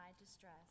distress